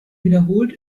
wiederholt